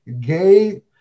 gay